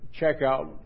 checkout